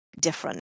different